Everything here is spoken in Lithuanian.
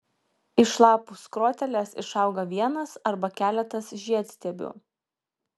iš lapų skrotelės išauga vienas arba keletas žiedstiebių